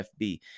FB